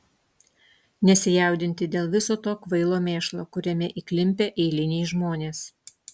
nesijaudinti dėl viso to kvailo mėšlo kuriame įklimpę eiliniai žmonės